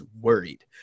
worried